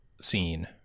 scene